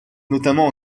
notamment